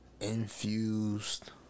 Infused